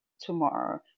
tomorrow